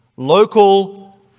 Local